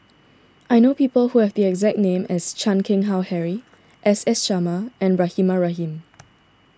I know people who have the exact name as Chan Keng Howe Harry S S Sarma and Rahimah Rahim